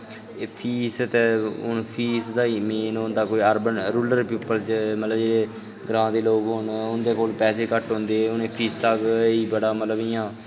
fees तां हून fees तां रुरल प्यूपल च ग्रांऽ दे लोग होन उं'दे कोल पैसे घट्ट होंदे उ'नें फीसां गै होई जंदा मतलब इ'यां